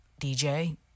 DJ